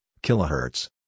kilohertz